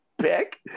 pick